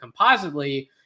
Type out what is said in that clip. compositely